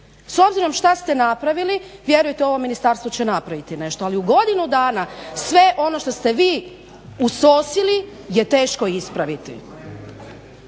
S obzirom što ste napravili vjerujte ovo ministarstvo će napraviti nešto. Ali u godinu dana sve ono što ste vi usosili je teško ispraviti.